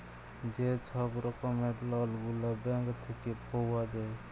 যে ছব রকমের লল গুলা ব্যাংক থ্যাইকে পাউয়া যায়